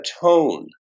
tone